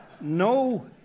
No